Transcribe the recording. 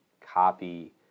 copy